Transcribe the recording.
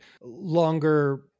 longer